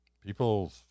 people